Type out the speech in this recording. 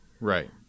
right